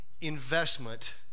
investment